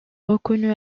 reconnues